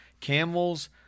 Camels